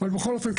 אבל בכל אופן,